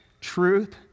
truth